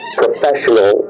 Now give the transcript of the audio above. professional